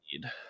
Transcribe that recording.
need